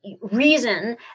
reason